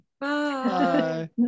Bye